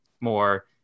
more